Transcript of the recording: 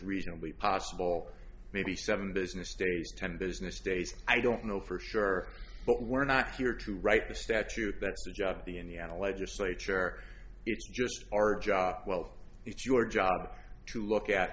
reasonably possible maybe seven business days ten business days i don't know for sure but we're not here to write a statute that says the indiana legislature it's just our job well it's your job to look at